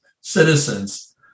citizens